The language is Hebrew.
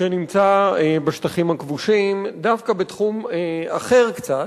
שנמצא בשטחים הכבושים דווקא בתחום אחר קצת,